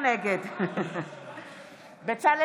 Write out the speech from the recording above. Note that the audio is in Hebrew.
נגד אורלי